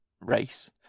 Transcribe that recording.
race